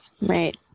Right